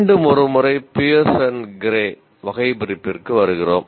மீண்டும் ஒரு முறை பியர்ஸ் அண்ட் கிரே வகைபிரிப்பிற்கு வருகிறோம்